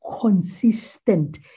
consistent